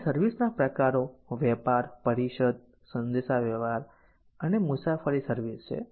અને સર્વિસ ના પ્રકારો વેપાર પરિષદ સંદેશાવ્યવહાર અને મુસાફરી સર્વિસ છે